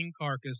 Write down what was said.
carcass